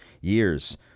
years